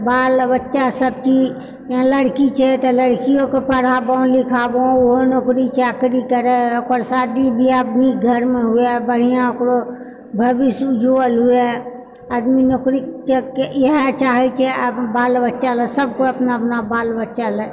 बाल बच्चा सभ की इहाँ लड़की छै तऽ लड़कियोके पढ़ाबो लिखाबो ओहो नौकरी चाकरी करए ओकर शादी बिआह नीक घरमे हुए बढ़िआँ ओकरो भविष्य उज्ज्वल हुए आदमी नौकरीके च इएह चाहै छै आ बाल बच्चा लऽ सभ कोइ अपना बाल बच्चा लऽ